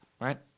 right